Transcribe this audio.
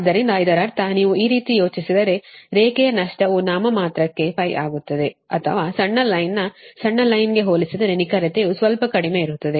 ಆದ್ದರಿಂದ ಇದರರ್ಥ ನೀವು ಈ ರೀತಿ ಯೋಚಿಸಿದರೆ ಇದರರ್ಥ ರೇಖೆಯ ನಷ್ಟವು ನಾಮಿನಲ್ಕ್ಕೆ ಆಗುತ್ತದೆ ಅಥವಾ ಸಣ್ಣ ಲೈನ್ ನ ಸಣ್ಣ ಲೈನ್ ಗೆ ಹೋಲಿಸಿದರೆ ನಿಖರತೆಯು ಸ್ವಲ್ಪ ಕಡಿಮೆ ಇರುತ್ತದೆ